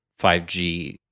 5G